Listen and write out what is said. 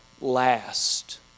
last